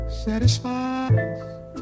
Satisfied